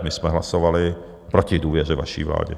My jsme hlasovali proti důvěře vaší vládě.